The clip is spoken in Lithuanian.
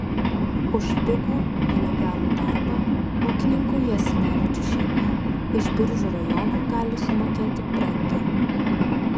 už pigų nelegalų darbą ūkininkų jasinevičių šeima iš biržų rajono gali sumokėti brangiai